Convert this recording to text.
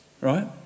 right